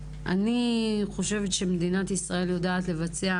אני חושבת שמדינת ישראל יודעת לבצע,